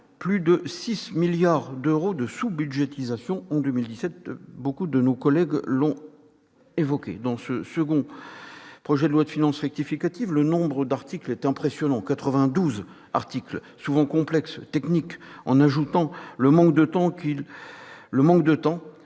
plus de 6 milliards d'euros de sous-budgétisations- beaucoup de nos collègues ont évoqué ce sujet. Dans ce second projet de loi de finances rectificative, le nombre d'articles est impressionnant : 92 articles, souvent complexes, techniques, la difficulté